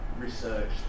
research